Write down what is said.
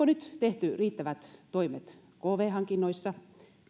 nyt tehty riittävät toimet kv hankinnoissa